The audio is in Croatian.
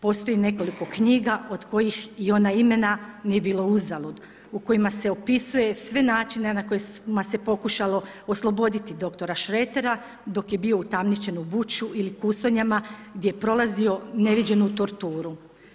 Postoji nekoliko knjiga od kojih i ona imena „Nije bilo uzalud“ u kojima se opisuje sve načine na koje se pokušalo osloboditi dr. Šretera dok je bio utamničen u Bučju ili Kusonjama gdje je prolazio neviđenu torturu.